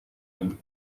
all